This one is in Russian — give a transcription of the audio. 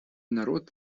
народ